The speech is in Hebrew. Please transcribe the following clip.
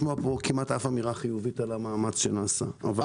רציתי לשמוע את ההתייחסות שלך קודם.